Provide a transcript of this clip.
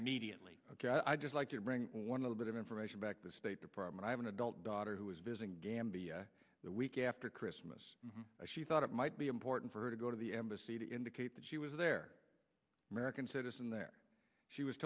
the mediately ok i just like to bring one little bit of information back the state department i have an adult daughter who is busy gambia the week after christmas she thought it might be important for her to go to the embassy to indicate that she was their american citizen there she was